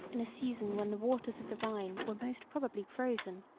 in a season when the waters of the rhine were most probably frozen,